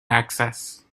access